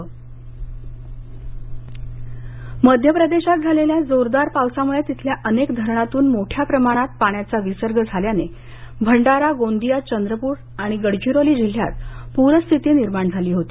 पाऊस मध्यप्रदेशात झालेल्या जोरदार पावसामुळे तिथल्या अनेक धरणातून मोठ्या प्रमाणात पाण्याचा विसर्ग झाल्याने भंडारा गोंदिया चंद्रपूर आणि गडचिरोली जिल्ह्यात पूरस्थिती निर्माण झाली होती